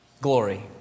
glory